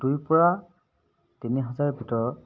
দুইৰ পৰা তিনি হাজাৰ ভিতৰত